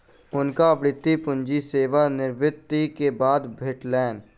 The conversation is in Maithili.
हुनका वृति पूंजी सेवा निवृति के बाद भेटलैन